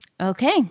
Okay